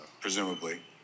presumably